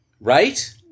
Right